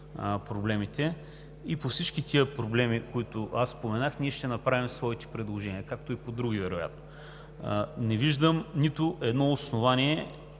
проблемите. И по всички тези проблеми, които аз споменах, ние ще направим своите предложения, както и по други вероятно. Не виждам нито едно основание